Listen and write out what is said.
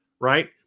right